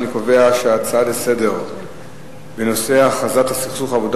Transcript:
אני קובע שההצעה לסדר-היום בנושא הכרזת סכסוך העבודה